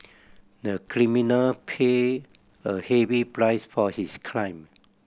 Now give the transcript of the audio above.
the criminal paid a heavy price for his clime